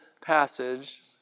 passage